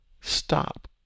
stop